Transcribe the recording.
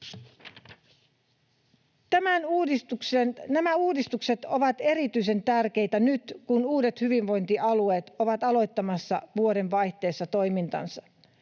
Nämä uudistukset ovat erityisen tärkeitä nyt, kun uudet hyvinvointialueet ovat aloittamassa vuodenvaihteessa toimintansa.